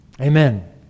Amen